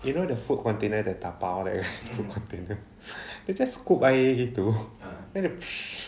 you know the food container the dabao there from container dia just scoop air gitu then dia